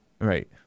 right